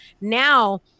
Now